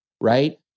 right